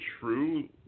true